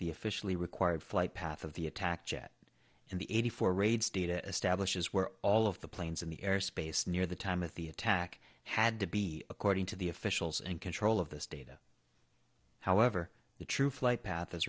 the officially required flight path of the attack jet and the eighty four raids data establishes were all of the planes in the air space near the time of the attack had to be according to the officials and control of this data however the true flight path as